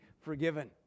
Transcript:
forgiven